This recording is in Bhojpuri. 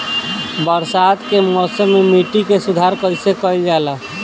बरसात के मौसम में मिट्टी के सुधार कइसे कइल जाई?